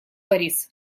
борис